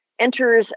enters